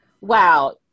wow